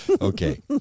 Okay